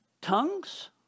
tongues